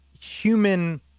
human